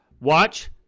Watch